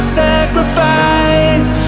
sacrifice